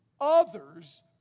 others